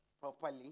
properly